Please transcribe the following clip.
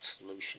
solution